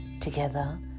Together